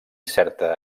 certa